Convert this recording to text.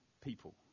people